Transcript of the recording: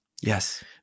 Yes